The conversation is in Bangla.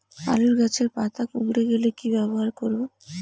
আলুর গাছের পাতা কুকরে গেলে কি ব্যবহার করব?